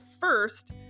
first